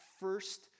first